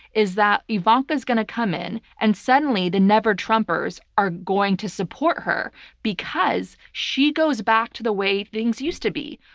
is that ivanka's going to come in and suddenly the never trumpers are going to support her because she goes back to the way things used to be,